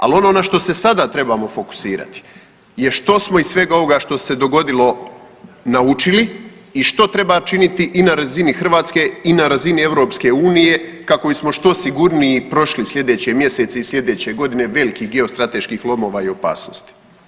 Ali ono na što se sada trebamo fokusirati je što smo iz svega ovoga što se dogodilo naučili i što treba činiti i na razini Hrvatske i na razini EU kako bismo što sigurniji prošli slijedeće mjesece i slijedeće godine veliki dio strateških lomova i opasnosti.